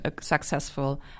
successful